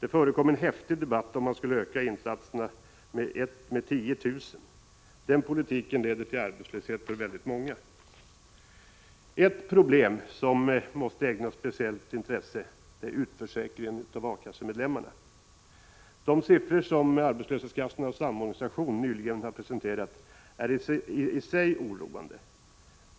Det förekom en häftig debatt om man skulle öka insatserna med 10 000 personer. En sådan politik leder till arbetslöshet för väldigt många. Ett problem som måste ägnas speciellt intresse är utförsäkring av A-kassemedlemmar. De siffror som A-kassornas samorganisation nyligen har presenterat är i sig oroande.